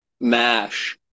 Mash